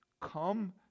Come